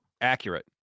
Accurate